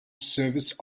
service